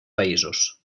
països